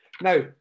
Now